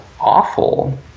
awful